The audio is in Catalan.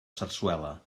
sarsuela